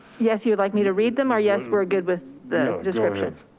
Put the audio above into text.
yes, you would like me to read them, or yes, we're good with the description.